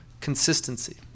consistency